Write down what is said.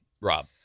Rob